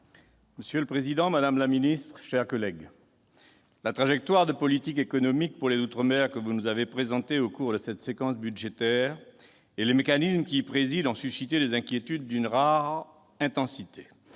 Monsieur le président, mes chers collègues, la trajectoire de politique économique pour les outre-mer que vous nous présentez, madame la ministre, au cours de cette séquence budgétaire, ainsi que les mécanismes qui y président, ont suscité des inquiétudes d'une rare intensité.